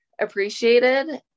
appreciated